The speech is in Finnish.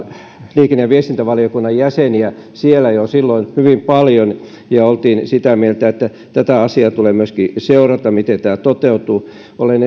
liikenne ja viestintävaliokunnan jäseniä hyvin paljon ja oltiin sitä mieltä että tätä asiaa tulee myöskin seurata miten tämä toteutuu olen